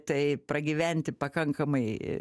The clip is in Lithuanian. tai pragyventi pakankamai